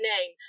name